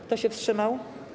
Kto się wstrzymał?